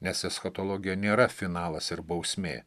nes eschatologija nėra finalas ir bausmė